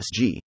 Sg